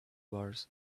bars